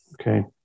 okay